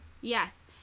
Yes